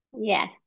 Yes